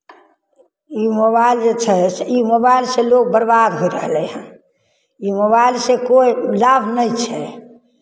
ई mobile जे छै से ई मोबाइलसँ लोक बरबाद होय रहलै हन ई मोबाइलसँ कोइ लाभ नहि छै